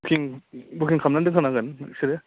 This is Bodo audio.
बुकिं बिुकिं खालामनानै दोनखानांगोन नोंसोरो